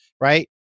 right